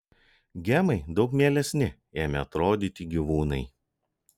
gemai daug mielesni ėmė atrodyti gyvūnai